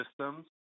systems